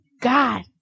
God